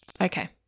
Okay